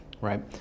right